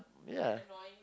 ya